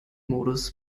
modus